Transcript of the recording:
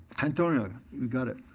antonio, you got it.